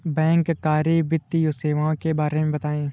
बैंककारी वित्तीय सेवाओं के बारे में बताएँ?